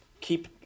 keep